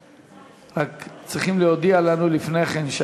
רק צריכים להודיע לנו לפני כן.